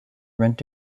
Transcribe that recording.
rent